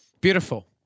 Beautiful